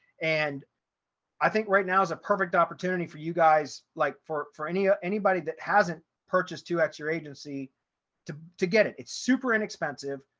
and i think right now is a perfect opportunity for you guys. like for for any ah anybody that hasn't purchased two at your agency to to get it. it's super inexpensive,